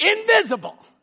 Invisible